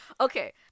Okay